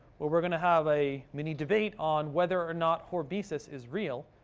well, we're going to have a mini debate on whether or not hormesis is real.